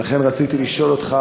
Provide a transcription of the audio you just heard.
ולכן רציתי לשאול אותך,